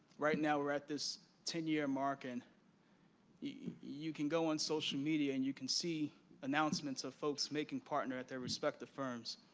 right now, we're at this ten year mark, and you can go on social media and you can see announcements of folks making partner at their respective firms.